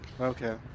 Okay